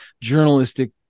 journalistic